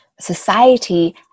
society